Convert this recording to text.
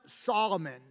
Solomon